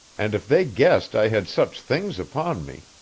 and if they guessed i had such things upon me.